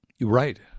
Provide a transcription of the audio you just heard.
Right